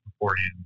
beforehand